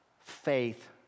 faith